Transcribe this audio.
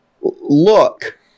look